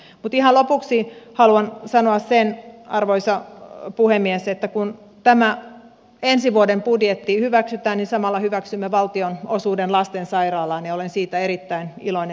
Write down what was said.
mutta ihan lopuksi haluan sanoa sen arvoisa puhemies että kun tämä ensi vuoden budjetti hyväksytään niin samalla hyväksymme valtion osuuden lastensairaalaan ja olen siitä erittäin iloinen